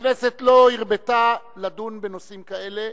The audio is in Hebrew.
הכנסת לא הרבתה לדון בנושאים כאלה,